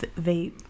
vape